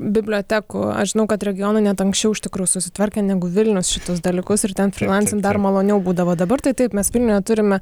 bibliotekų aš žinau kad regionai net anksčiau iš tikrųjų susitvarkė negu vilnius šitus dalykus ir ten frylancint dar maloniau būdavo dabar tai taip mes vilniuje turime